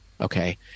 okay